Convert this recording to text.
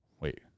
Wait